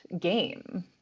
game